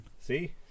See